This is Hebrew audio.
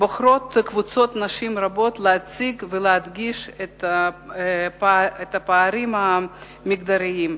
בוחרות קבוצות נשים רבות להציג ולהדגיש את הפערים המגדריים,